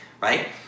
right